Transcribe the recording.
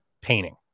painting